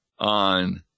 on